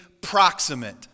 proximate